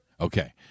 Okay